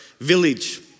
village